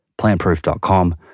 plantproof.com